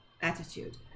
attitude